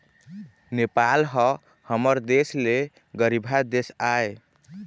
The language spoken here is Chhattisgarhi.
नेपाल ह हमर देश ले गरीबहा देश आय